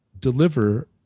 deliver